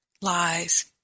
lies